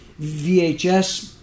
VHS